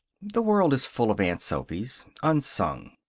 the world is full of aunt sophys, unsung.